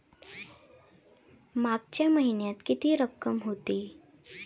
मागच्या महिन्यात किती रक्कम होती?